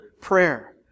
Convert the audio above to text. prayer